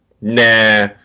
Nah